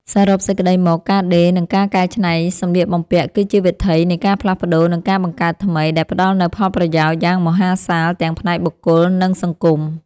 សរុបសេចក្ដីមក ការដេរ និងការកែច្នៃសម្លៀកបំពាក់ គឺជាវិថីនៃការផ្លាស់ប្តូរ និងការបង្កើតថ្មី ដែលផ្ដល់នូវផលប្រយោជន៍យ៉ាងមហាសាលទាំងផ្នែកបុគ្គល និងសង្គម។